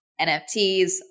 NFTs